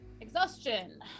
Exhaustion